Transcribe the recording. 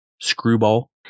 screwball